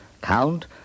Count